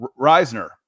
Reisner